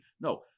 No